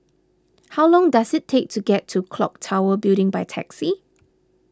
how long does it take to get to Clock Tower Building by taxi